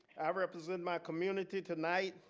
i represent my community tonight,